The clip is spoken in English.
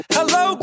Hello